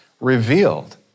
revealed